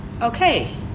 okay